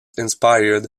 inspired